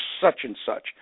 such-and-such